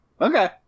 Okay